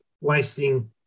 wasting